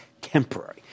temporary